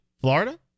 Florida